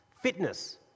Fitness